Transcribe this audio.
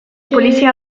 polizia